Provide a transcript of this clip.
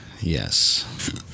Yes